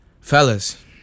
Fellas